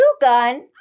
gun